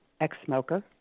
ex-smoker